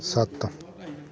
ਸੱਤ